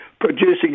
producing